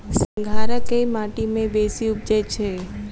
सिंघाड़ा केँ माटि मे बेसी उबजई छै?